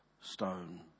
stone